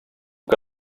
que